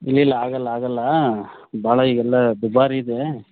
ಇಲ್ಲಿಲ್ಲ ಆಗಲ್ಲ ಆಗಲ್ಲ ಭಾಳ ಈಗೆಲ್ಲ ದುಬಾರಿ ಇದೆ